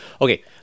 Okay